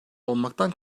olmaktan